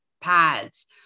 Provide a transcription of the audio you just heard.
pads